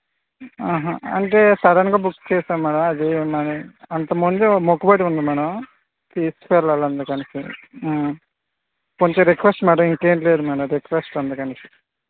అంటే సడన్ గా బుక్ చేసాము మ్యాడమ్ అది మరి అంత ముందే మొక్కుబడి ఉంది మ్యాడం తీసుకెళ్ళాలి అందుకనేసి కొంచెం రిక్వెస్ట్ మేడం ఇంకేం లేదు మ్యాడమ్ రిక్వెస్ట్ అందుకనేసి